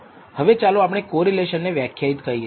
હવે ચાલો આપણે કોરિલેશન ને વ્યાખ્યાયિત કરીએ